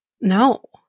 no